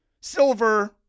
silver